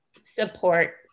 support